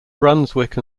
brunswick